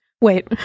Wait